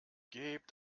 gebt